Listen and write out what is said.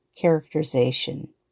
Characterization